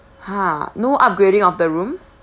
!huh! no upgrading of the room